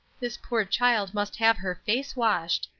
this poor child must have her face washed.